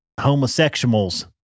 homosexuals